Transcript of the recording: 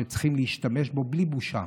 וצריכים להשתמש בו בלי בושה.